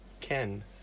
Ken